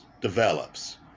develops